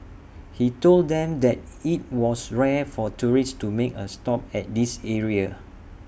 he told them that IT was rare for tourists to make A stop at this area